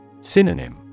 Synonym